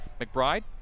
McBride